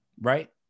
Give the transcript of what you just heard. right